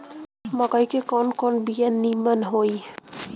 मकई के कवन कवन बिया नीमन होई?